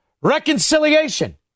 reconciliation